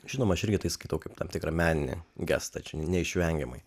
žinoma aš irgi tai skaitau kaip tam tikrą meninį gestą neišvengiamai